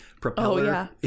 propeller